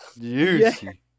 juicy